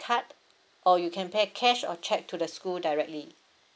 card or you can pay cash or cheque to the school directly